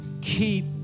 Keep